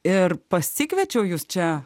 ir pasikviečiau jus čia